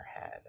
head